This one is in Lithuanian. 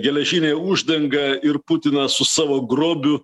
geležinė uždanga ir putinas su savo grobiu